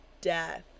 death